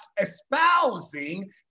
espousing